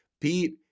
Pete